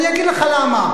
אני אגיד לך למה,